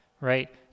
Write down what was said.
right